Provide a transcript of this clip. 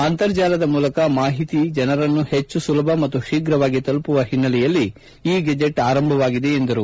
ಅಂತರ್ಜಾಲದ ಮೂಲಕ ಮಾಹಿತಿ ಜನರನ್ನು ಹೆಚ್ಚು ಸುಲಭ ಮತ್ತು ಶೀಘವಾಗಿ ತಲುಪುವ ಹಿನ್ನೆಲೆಯಲ್ಲಿ ಇ ಗೆಜೆಚ್ ಆರಂಭವಾಗಿದೆ ಎಂದರು